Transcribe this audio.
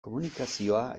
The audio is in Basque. komunikazioa